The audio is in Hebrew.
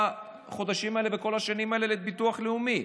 החודשים האלה וכל השנים האלה לביטוח לאומי?